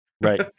right